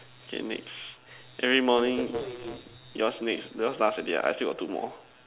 K next every morning yours next yours last already ah I still got two more